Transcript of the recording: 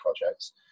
projects